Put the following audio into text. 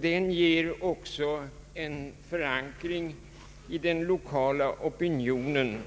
Den ger också en förankring i den lokala opinionen